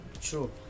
true